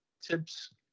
tips